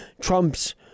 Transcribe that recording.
Trump's